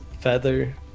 feather